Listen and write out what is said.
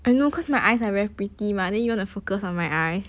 I know because my eyes are very pretty mah then you want to focus on my eye